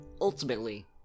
ultimately